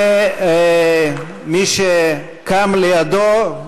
מי שקם לידו,